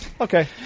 Okay